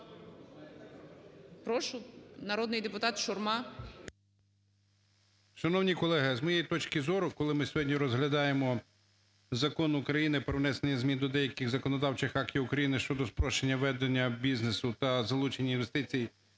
Прошу, народний депутат Шурма.